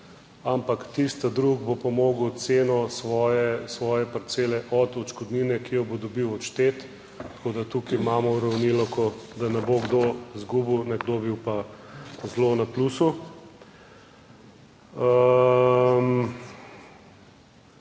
Ampak tisti drug bo pa mogel ceno svoje, svoje parcele od odškodnine, ki jo bo dobil, odšteti. Tako da tukaj imamo uravnilovko, da ne bo kdo izgubil, nekdo bil pa zelo na plusu.